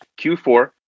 Q4